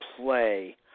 play